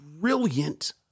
brilliant